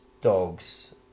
dogs